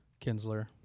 Kinsler